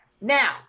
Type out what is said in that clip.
now